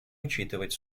учитывать